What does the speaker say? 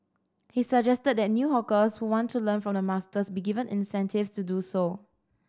he suggested that new hawkers who want to learn from the masters be given incentives to do so